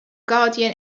guardian